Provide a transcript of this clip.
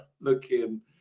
looking